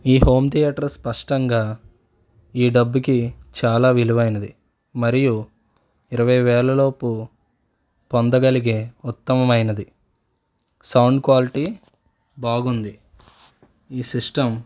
ఈ home theatre స్పష్టంగా ఈ డబ్బుకి చాలా విలువైనది మరియు ఇరవై వేలలోపు పొందగలిగే ఉత్తమమైనది సౌండ్ క్వాలిటీ బాగుంది ఈ సిస్టమ్